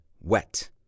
wet